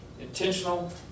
intentional